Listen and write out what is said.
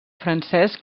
francès